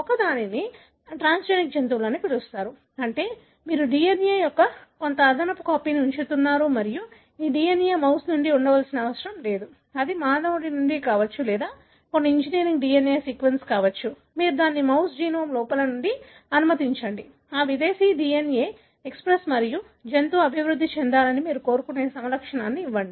ఒకదానిని ట్రాన్స్జెనిక్ జంతువులు అని పిలుస్తారు అంటే మీరు DNA యొక్క కొంత అదనపు కాపీని ఉంచుతున్నారు మరియు ఈ DNA మౌస్ నుండి ఉండవలసిన అవసరం లేదు అది మానవుడి నుండి కావచ్చు లేదా కొన్ని ఇంజనీరింగ్ DNA సీక్వెన్స్ కావచ్చు మీరు దానిని మౌస్ జీనోమ్ లోపల ఉంచి అనుమతించండి ఆ విదేశీ DNA ఎక్స్ప్రెస్ మరియు జంతువు అభివృద్ధి చెందాలని మీరు కోరుకునే సమలక్షణాన్ని ఇవ్వండి